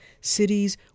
cities